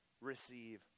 receive